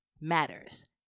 matters